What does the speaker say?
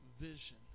vision